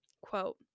Quote